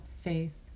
faith